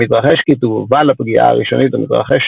המתרחש כתגובה לפגיעה הראשונית ומתרחש